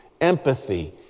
empathy